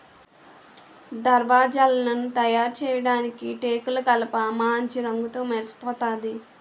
దర్వాజలను తయారుచేయడానికి టేకుకలపమాంచి రంగుతో మెరిసిపోతాది